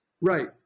Right